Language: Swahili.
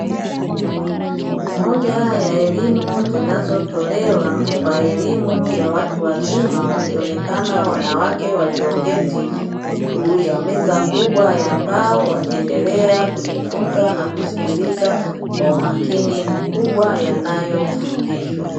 Moja ya elimu zinazotolewa kwa elimu ya watu wazima. Wakionekana wanawake walioketi juu ya meza kubwa ya mbao, wakiendelea kujifunza na kusikiliza kwa umakini mkubwa yanayofundishwa.